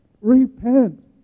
repent